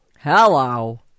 Hello